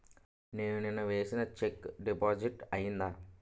నేను నిన్న వేసిన చెక్ డిపాజిట్ అయిందా?